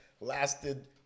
lasted